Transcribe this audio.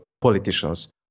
politicians